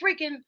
freaking